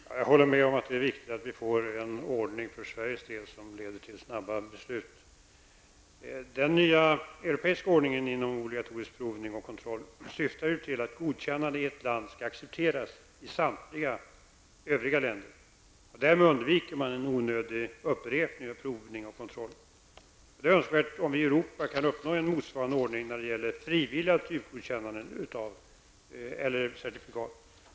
Herr talman! Jag håller med om att det är viktigt att vi för Sveriges del får en ordning som leder till snabba beslut. Den nya europeiska ordningen när det gäller obligatorisk provning och kontroll syftar till att ett godkännande i ett land skall accepteras i samtliga övriga länder. Därmed undviker man en onödig upprepning av provning och kontroll. Det är önskvärt om vi i Europa kunde uppnå en motsvarande ordning när det gäller frivilliga typgodkännanden eller certifikat.